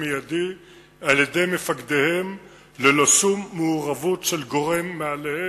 מיידי על-ידי מפקדיהם ללא שום מעורבות של גורם מעליהם.